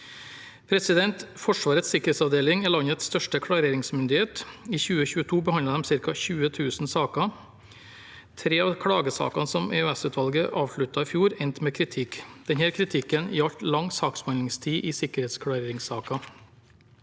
regelverket. Forsvarets sikkerhetsavdeling er landets største klareringsmyndighet. I 2022 behandlet de ca. 20 000 saker. Tre av klagesakene som EOS-utvalget avsluttet i fjor, endte med kritikk. Denne kritikken gjaldt lang saksbehandlingstid i sikkerhetsklareringssaker.